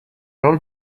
roll